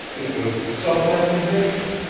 it was self-accusation,